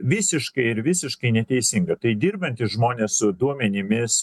visiškai ir visiškai neteisinga tai dirbantys žmonės su duomenimis